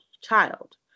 child